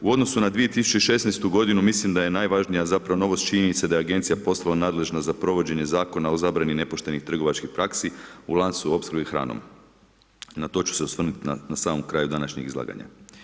U odnosu na 2016. mislim da je najvažnija zapravo novost, činjenica da je agencija postala nadležna za provođenje zakona o zabrani nepoštenih trgovačkih praksi u lancu opskrbe hranom, na to ću se osvrnuti na samom kraju današnjeg izlaganja.